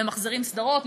ממחזרים סדרות,